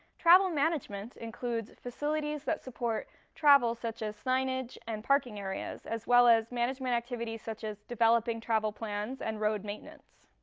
travel management includes facilities that support travel such as signage and parking areas, as well as management activities such as developing travel plans and road maintenance.